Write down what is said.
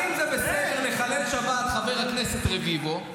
האם זה בסדר לחלל שבת, חבר הכנסת רביבו,